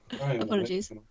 Apologies